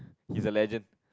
he is a legend